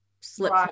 slip